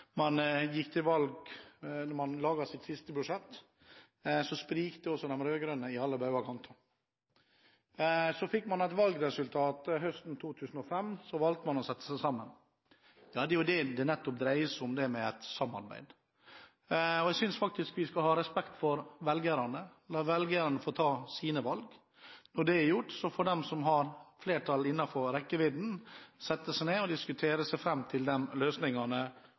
man laget siste budsjett, sprikte også de rød-grønne i alle bauger og kanter. Man fikk et valgresultat høsten 2005, og man valgte å sette seg sammen. Det er jo nettopp det det dreier seg om i et samarbeid. Jeg synes faktisk vi skal ha respekt for velgerne og la dem ta sine valg. Når det er gjort, får de som har et flertall innen rekkevidde, sette seg ned og diskutere seg fram til